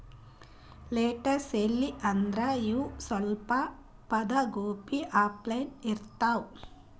lettuce ಎಲಿ ಅಂದ್ರ ಇವ್ ಸ್ವಲ್ಪ್ ಪತ್ತಾಗೋಬಿ ಅಪ್ಲೆನೇ ಇರ್ತವ್